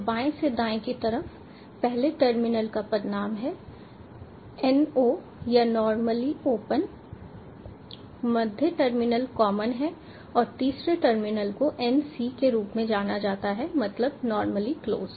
तो बाएं से दाएं की तरफ पहले टर्मिनल का पदनाम है NO या नॉर्मली ओपन मध्य टर्मिनल कॉमन है और तीसरे टर्मिनल को NC के रूप में जाना जाता है मतलब नॉर्मली क्लोज